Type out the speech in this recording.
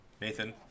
Nathan